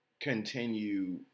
continue